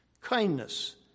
kindness